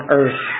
earth